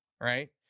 right